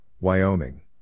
Wyoming